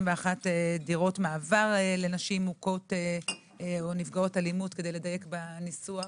דירות מעבר לנשים מוכות או נפגעות אלימות כדי לדייק בניסוח.